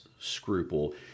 scruple